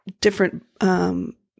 different